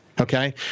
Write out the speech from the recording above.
Okay